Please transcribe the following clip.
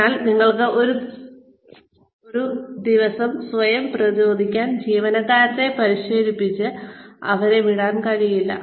അതിനാൽ നിങ്ങൾക്ക് ഒരു ദിവസം സ്വയം പ്രതിരോധിക്കാൻ ജീവനക്കാരെ പരിശീലിപ്പിച്ച് അവരെ വിടാൻ കഴിയില്ല